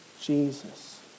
Jesus